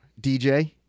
DJ